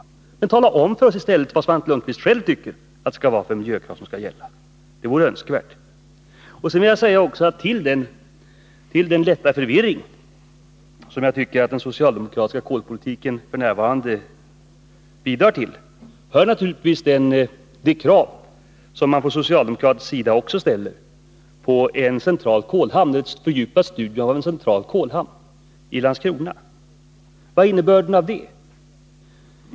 Tala i stället om för oss vilka miljökrav Svante Lundkvist själv tycker skall gälla. Det vore önskvärt. Jag vill också säga att till den lätta förvirringen i fråga om den socialdemokratiska kolpolitiken f.n. bidrar naturligtvis de krav som socialdemokraterna ställer på ett fördjupat studium av en central kolhamn i Landskrona. Vad är innebörden av det?